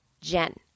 Jen